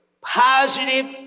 Positive